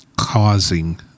causing